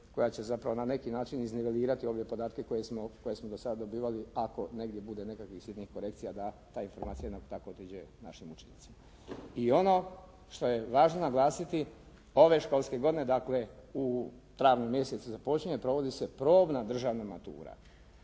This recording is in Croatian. koja će zapravo na neki način iznivelirati ove podatke koje smo do sada dobivali, ako negdje bude nekakvih sitnih korekcija da ta informacija nam tako otiđe našim učenicima. I ono što je važno naglasiti, ove školske godine, dakle u travnju mjesecu započinje provodi se probna državna matura,